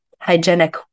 hygienic